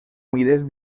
mides